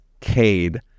Cade